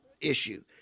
issue